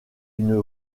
une